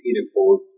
report